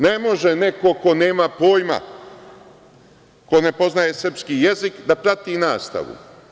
Ne može neko ko nema pojma, ko ne poznaje srpski jezik, da prati nastavu.